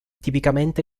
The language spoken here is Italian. tipicamente